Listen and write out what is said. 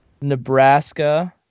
Nebraska